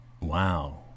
Wow